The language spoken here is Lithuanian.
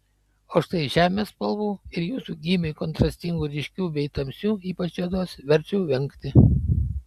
o štai žemės spalvų ir jūsų gymiui kontrastingų ryškių bei tamsių ypač juodos verčiau vengti